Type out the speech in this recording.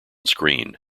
screen